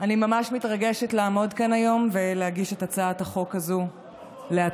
אני ממש מתרגשת לעמוד כאן היום ולהגיש את הצעת החוק הזאת להצבעה.